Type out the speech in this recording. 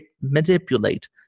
manipulate